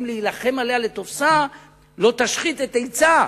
להלחם עליה לתפשה לא תשחית את עצה".